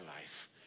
life